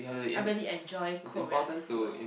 I really enjoy Korean food